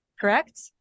correct